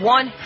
One